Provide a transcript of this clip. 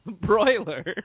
broiler